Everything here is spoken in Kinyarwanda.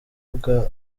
bwa